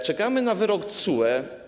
Czekamy na wyrok TSUE.